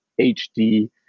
HD